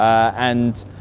and